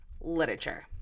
literature